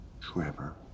Trevor